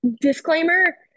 Disclaimer